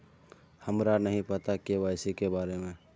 हमरा नहीं पता के.वाई.सी के बारे में?